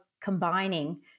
combining